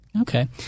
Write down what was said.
Okay